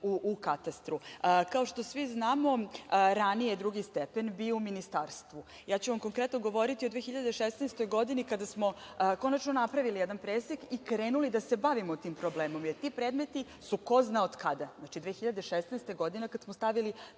u katastru. Kao što svi znamo, ranije je drugi stepen bio u ministarstvu. Ja ću vam konkretno govoriti od 2016. godini kada smo konačno napravili jedan presek i krenuli da se bavimo tim problemom, jer ti predmeti su ko zna od kada. Znači, 2016. godina je godina kada smo stavili